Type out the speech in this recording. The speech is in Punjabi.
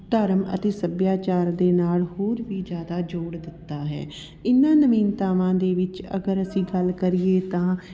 ਧਰਮ ਅਤੇ ਸੱਭਿਆਚਾਰ ਦੇ ਨਾਲ ਹੋਰ ਵੀ ਜ਼ਿਆਦਾ ਜੋੜ ਦਿੱਤਾ ਹੈ ਇਹਨਾਂ ਨਵੀਨਤਾਵਾਂ ਦੇ ਵਿੱਚ ਅਗਰ ਅਸੀਂ ਗੱਲ ਕਰੀਏ ਤਾਂ